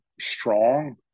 strong